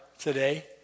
today